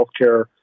healthcare